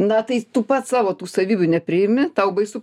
na tai tu pats savo tų savybių nepriimi tau baisu